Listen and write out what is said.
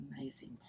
amazing